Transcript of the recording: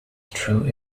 true